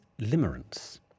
limerence